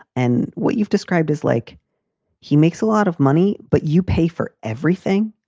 and what you've described is like he makes a lot of money, but you pay for everything.